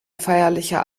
feierlicher